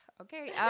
Okay